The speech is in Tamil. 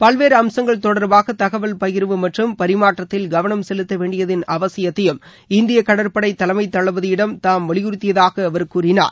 பல்வேறு அம்சங்கள் தொடர்பாக தகவல் பகிர்வு மற்றும் பரிமாற்றத்தில் கவனம் செலுத்த வேண்டியதன் அவசியத்தையும் இந்திய கடற்படை தலைமை தளபதியிடம் தாம் வலியுறுத்தியதாக அவர் கூறினார்